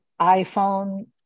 iphone